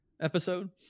episode